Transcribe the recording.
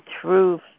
truth